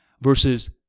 versus